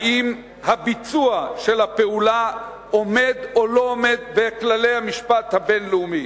האם הביצוע של הפעולה עומד או לא עומד בכללי המשפט הבין-לאומי?